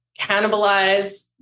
cannibalize